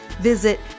visit